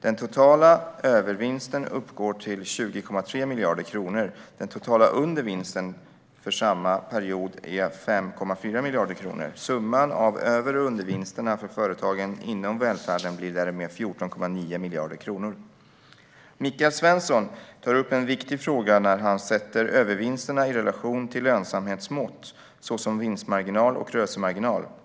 Den totala övervinsten uppgår till 20,3 miljarder kronor. Den totala undervinsten för samma period är 5,4 miljarder kronor. Summan av över och undervinsterna för företagen inom välfärden blir därmed 14,9 miljarder kronor. Michael Svensson tar upp en viktig fråga när han sätter övervinsterna i relation till lönsamhetsmått, som vinstmarginal och rörelsemarginal.